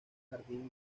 jardín